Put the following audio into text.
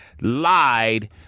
lied